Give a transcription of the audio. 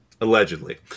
Allegedly